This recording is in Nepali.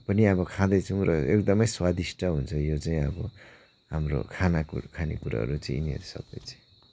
पनि अब खाँदैछौँ र एकदमै स्वादिष्ट हुन्छ यो चाहिँ अब हाम्रो खाना खानेकुराहरू चाहिँ यिनीहरू सबै चाहिँ